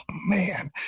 man